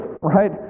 right